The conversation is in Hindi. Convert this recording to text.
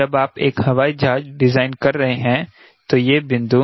जब आप एक हवाई जहाज डिजाइन कर रहे हैं तो ये बिंदु